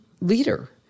leader